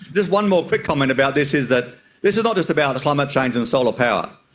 just one more quick comment about this is that this is not just about climate change and solar power.